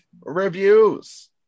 Reviews